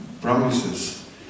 promises